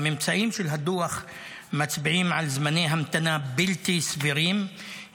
הממצאים של הדוח מצביעים על זמני המתנה בלתי סבירים,